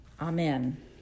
Amen